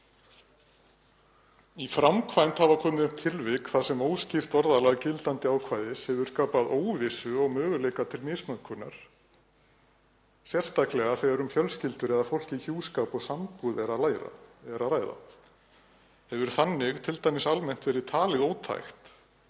í framkvæmd hafa komið upp tilvik þar sem óskýrt orðalag gildandi ákvæðis hefur skapað óvissu og möguleika til misnotkunar, sérstaklega þegar um fjölskyldur eða fólk í hjúskap og sambúð er að ræða. Hefur þannig t.d. almennt verið talið ótækt